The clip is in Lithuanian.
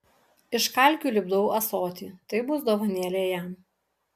iš kalkių lipdau ąsotį tai bus dovanėlė jam